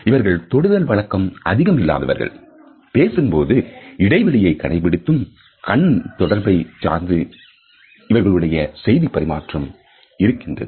இவர்கள் தொடுதல் வழக்கம் அதிகம் இல்லாதவர்கள் பேசும்பொழுது இடைவெளியை கடைபிடித்தும் கண் தொடர்பை சார்ந்து இவர்களுடைய செய்திப் பரிமாற்றம் இருக்கிறது